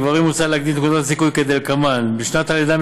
לגברים מוצע להגדיל את נקודות הזיכוי כדלקמן: בשנת הלידה,